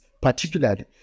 particularly